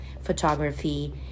photography